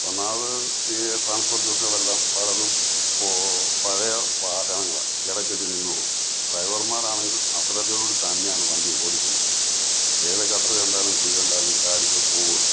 ഒന്നാമത് ഈ ട്രാൻസ്പോർട്ട് ബസുകൾ എല്ലാം പലതും പഴയ വാഹനങ്ങളാണ് ഇടയ്ക്കുവച്ച് നിന്നുപോവും ഡ്രൈവർമാരാണെങ്കിൽ അശ്രദ്ധയോടുകൂടിത്തന്നെയാണ് വണ്ടി ഓടിക്കുന്നത് ഏത് ഗട്ടര് കണ്ടാലും കുഴി കണ്ടാലും ചാടിച്ചേ പോകുള്ളൂ